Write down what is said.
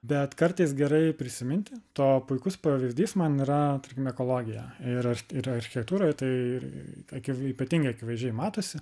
bet kartais gerai prisiminti to puikus pavyzdys man yra tarkim ekologija ir yra architektūroje tai ir akiv ypatingai akivaizdžiai matosi